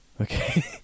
Okay